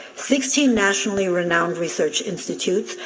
sixteen nationally renowned research institute,